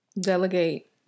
Delegate